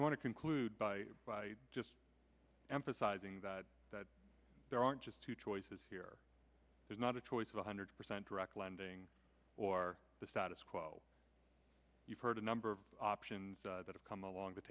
i want to conclude by by just emphasizing that there aren't just two choices here there's not a choice one hundred percent direct lending or the status quo you've heard a number of options that have come along the